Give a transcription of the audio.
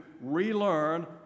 relearn